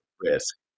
risk